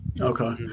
Okay